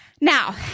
Now